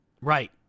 Right